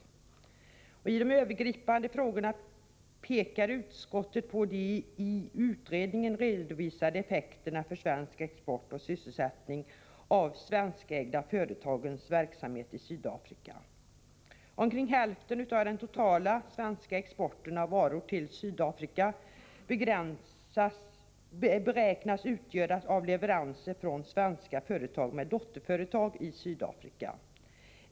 Vid behandlingen av de övergripande frågorna har utskottet pekat på de av utredningen redovisade effekterna för svensk export och sysselsättning av svenskägda företags verksamhet i Sydafrika. Omkring hälften av den totala svenska exporten av varor till Sydafrika beräknas utgöras av leveranser från svenska företag med dotterbolag i Sydafrika.